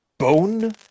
Bone